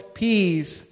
peace